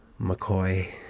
McCoy